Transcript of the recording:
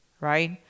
right